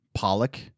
Pollock